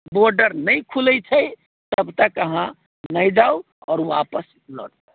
border नहि खुलैत छै तब तक अहाँ नहि जाउ आओर वापस लौट जाउ